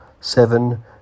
seven